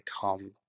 come